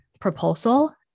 proposal